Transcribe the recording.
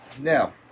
now